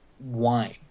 wine